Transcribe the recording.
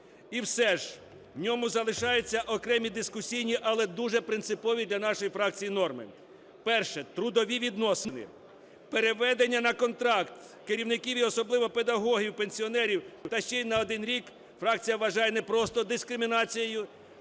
І все ж в ньому залишаються окремі дискусійні, але дуже принципові для нашої фракції норми. Перше. Трудові відносини, переведення на контракт керівників, і особливо педагогів-пенсіонерів, та ще й на 1 рік, фракція вважає непросто дискримінацією